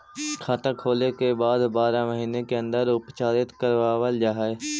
खाता खोले के बाद बारह महिने के अंदर उपचारित करवावल जा है?